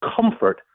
comfort